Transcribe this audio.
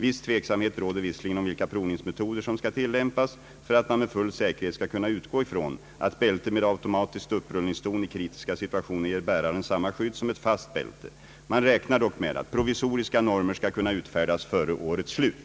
Viss tveksamhet råder visserligen om vilka provningsmetoder som skall tillämpas för att man med full säkerhet skall kunna utgå från att bälte med automatiskt upprullningsdon i kritiska situationer ger bäraren samma skydd som ett fast bälte. Man räknar dock med att provisoriska normer skall kunna utfärdas före årets slut.